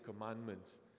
commandments